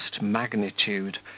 magnitude